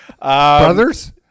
Brothers